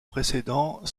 précédent